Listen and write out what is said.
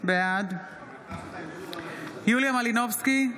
בעד יוליה מלינובסקי,